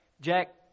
jack